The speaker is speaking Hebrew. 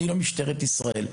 אני לא משטרת ישראל.